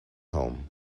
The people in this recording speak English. home